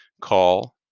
call